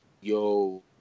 yo